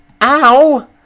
ow